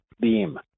beam